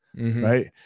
Right